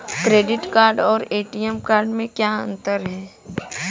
Credit card और ATM card में क्या अंतर है?